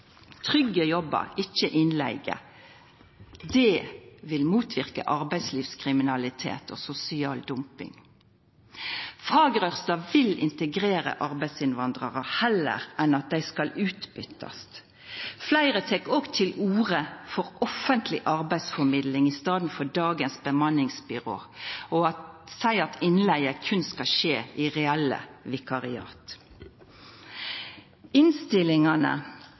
trygge jobbar, ikkje innleige. Det vil motverka arbeidslivskriminalitet og sosial dumping. Fagrørsla vil integrera arbeidsinnvandrarar heller enn at dei skal utbytast. Fleire tek òg til orde for offentleg arbeidsformidling i staden for dagens bemanningsbyrå, og seier at innleige berre skal skje i reelle vikariat. I innstillingane